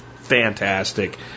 fantastic